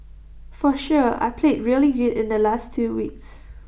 for sure I played really good in the last two weeks